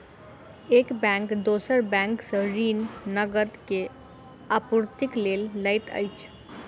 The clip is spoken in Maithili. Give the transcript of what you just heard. एक बैंक दोसर बैंक सॅ ऋण, नकद के आपूर्तिक लेल लैत अछि